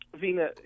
Vina